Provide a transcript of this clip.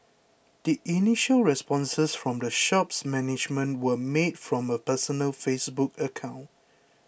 the initial responses from the shop's management were made from a personal Facebook account